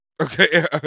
Okay